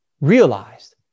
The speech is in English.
realized